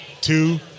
two